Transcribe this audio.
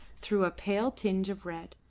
threw a pale tinge of red.